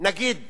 נגיד